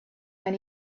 when